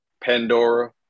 Pandora